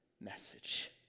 message